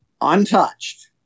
untouched